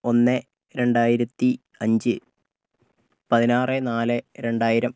ഒന്ന് രണ്ടായിരത്തി അഞ്ച് പതിനാറ് നാല് രണ്ടായിരം